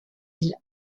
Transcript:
îles